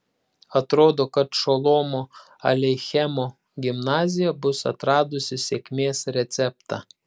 atrodo kad šolomo aleichemo gimnazija bus atradusi sėkmės receptą